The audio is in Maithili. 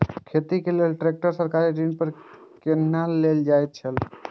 खेती के लेल ट्रेक्टर सरकारी ऋण पर कोना लेल जायत छल?